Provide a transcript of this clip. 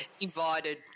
invited